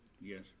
Yes